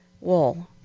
wool